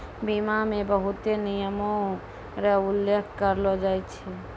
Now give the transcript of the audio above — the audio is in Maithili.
बीमा मे बहुते नियमो र उल्लेख करलो जाय छै